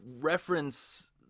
reference